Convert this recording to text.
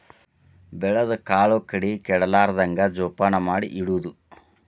ಬೆಳದ ಕಾಳು ಕಡಿ ಕೆಡಲಾರ್ದಂಗ ಜೋಪಾನ ಮಾಡಿ ಇಡುದು